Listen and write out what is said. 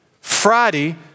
Friday